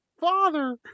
Father